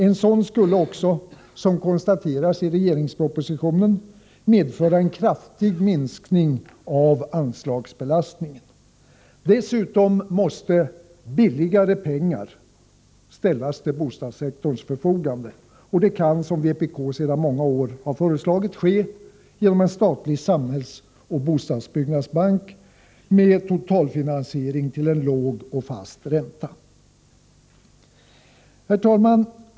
En sådan skulle också, som konstateras i regeringspropositionen, medföra en kraftig minskning av anslagsbelastningen. Dessutom måste ”billigare pengar” ställas till bostadssektorns förfogande. Det kan som vpk sedan många år föreslagit ske genom en statlig samhällsoch bostadsbyggnadsbank, med totalfinansiering till låg och fast ränta. Herr talman!